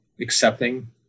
accepting